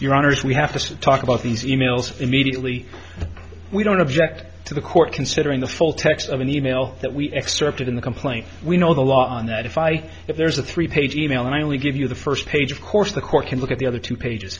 your honors we have to talk about these e mails immediately we don't object to the court considering the full text of an e mail that we excerpted in the complaint we know the law on that if i if there's a three page e mail and i only give you the first page of course the court can look at the other two pages